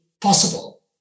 possible